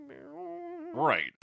right